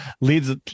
leads